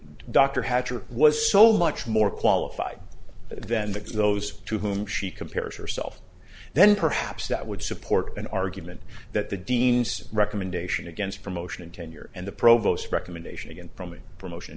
hatcher was so much more qualified then that those to whom she compares herself then perhaps that would support an argument that the dean's recommendation against promotion and tenure and the provost recommendation again from promotion